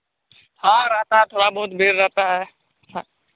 हाँ रहता है थोड़ा बहुत भीड़ रहता है